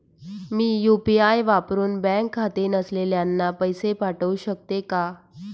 मी UPI वापरुन bank खाते नसलेल्यांना पैसे पाठवू शकते का?